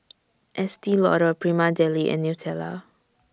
Estee Lauder Prima Deli and Nutella